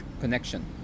connection